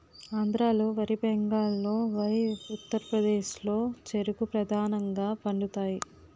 ఆంధ్రాలో వరి బెంగాల్లో వరి ఉత్తరప్రదేశ్లో చెరుకు ప్రధానంగా పండుతాయి